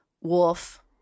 wolf